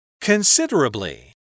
Considerably